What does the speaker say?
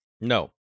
no